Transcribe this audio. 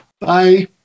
Bye